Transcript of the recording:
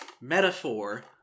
metaphor